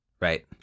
Right